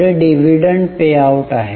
पुढे dividend payout आहे